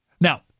now